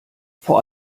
vor